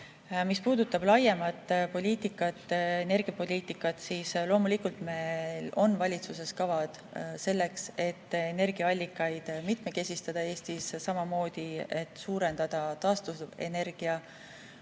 Mis puudutab laiemat poliitikat, energiapoliitikat, siis loomulikult on valitsuses kavad selleks, et Eestis energiaallikaid mitmekesistada, samamoodi suurendada taastuvenergia